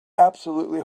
absolutely